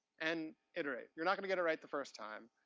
and iterate. you're not gonna get it right the first time.